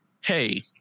hey